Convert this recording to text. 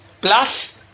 Plus